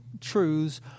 truths